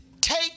take